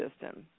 system